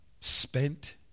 spent